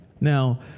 Now